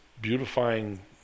beautifying